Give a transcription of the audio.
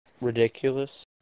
Ridiculous